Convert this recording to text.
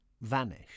vanish